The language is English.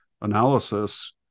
analysis